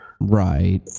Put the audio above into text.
right